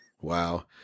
Wow